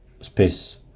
space